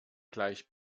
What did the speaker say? gleich